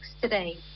today